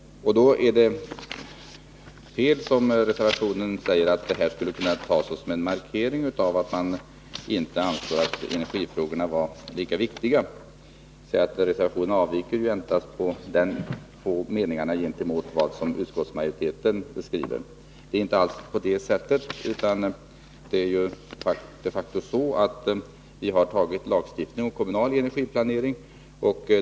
Då är det fel att, som sägs i reservationen, det här skulle kunna tas som en markering av att energifrågorna inte är lika viktiga. Reservationen avviker endast med två meningar från det som utskottsmajoriteten skriver. Det är inte alls på det sättet. Det är de facto så, att vi har antagit en lagstiftning om kommunal energiplanering.